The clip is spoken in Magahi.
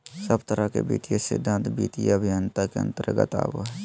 सब तरह के वित्तीय सिद्धान्त वित्तीय अभयन्ता के अन्तर्गत आवो हय